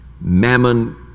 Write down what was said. Mammon